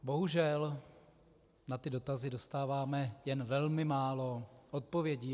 Bohužel na ty dotazy dostáváme jen velmi málo odpovědí.